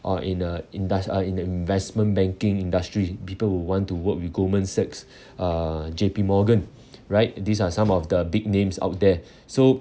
or in a indus~ uh in the investment banking industry people would want to work with goldman sachs uh J_P morgan right these are some of the big names out there so